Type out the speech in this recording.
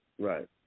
Right